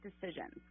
decisions